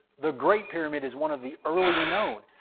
the great pyramid is one of the earlier known,